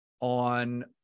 on